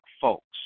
folks